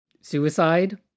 suicide